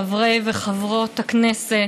חברי וחברות הכנסת,